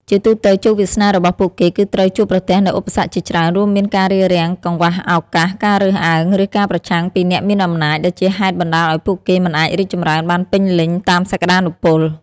ជាទូទៅ ជោគវាសនារបស់ពួកគេគឺត្រូវជួបប្រទះនូវឧបសគ្គជាច្រើន រួមមានការរារាំង កង្វះឱកាស ការរើសអើង ឬការប្រឆាំងពីអ្នកមានអំណាច ដែលជាហេតុបណ្តាលឲ្យពួកគេមិនអាចរីកចម្រើនបានពេញលេញតាមសក្ដានុពល។